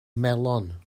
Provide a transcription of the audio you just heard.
melon